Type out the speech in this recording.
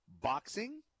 Boxing